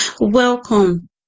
Welcome